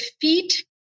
feet